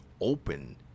open